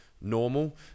Normal